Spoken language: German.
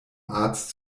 arzt